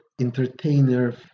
entertainer